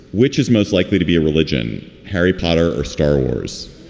which is most likely to be a religion, harry potter or star wars